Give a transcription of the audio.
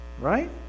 right